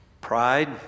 Pride